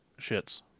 shits